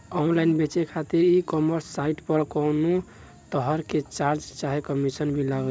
Online बेचे खातिर e commerce site पर कौनोतरह के चार्ज चाहे कमीशन भी लागी?